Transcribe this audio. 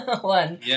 one